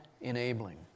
enabling